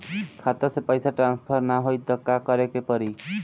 खाता से पैसा ट्रासर्फर न होई त का करे के पड़ी?